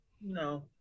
No